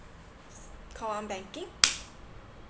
call one banking